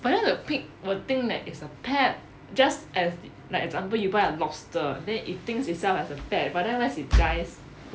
but then the pig would think that it's a pet just as like example you buy a lobster then it thinks itself as a pet but then at last it dies